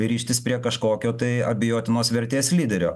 rištis prie kažkokio tai abejotinos vertės lyderio